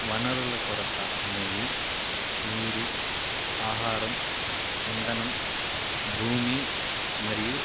వనరుల కొరత అనేది నీరు ఆహారం ఇంధనం భూమి మరియు